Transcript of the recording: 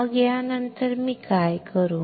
मग यानंतर मी काय करू